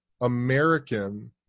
American